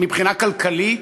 מבחינה כלכלית,